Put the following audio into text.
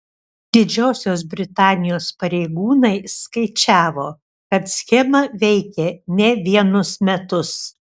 didžiosios britanijos pareigūnai skaičiavo kad schema veikė ne vienus metus